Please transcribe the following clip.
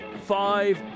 five